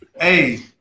Hey